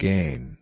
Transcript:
Gain